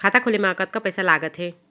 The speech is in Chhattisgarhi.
खाता खोले मा कतका पइसा लागथे?